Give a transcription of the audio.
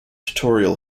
tutorial